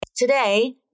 Today